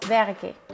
werken